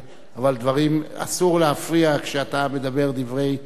אבל אסור להפריע כשאתה מדבר דברי חוכמה.